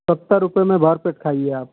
सत्तर रुपये में भरपेट खाइए आप